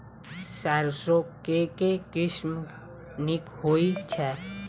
सैरसो केँ के किसिम नीक होइ छै?